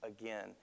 again